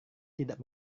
tidak